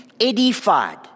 edified